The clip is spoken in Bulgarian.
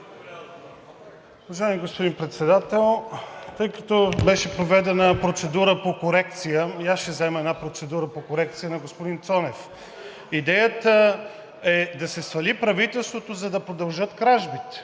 Уважаеми господин Председател, тъй като беше проведена процедура по корекция и аз ще взема една процедура по корекция на господин Цонев. Идеята е да се свали правителството, за да продължат кражбите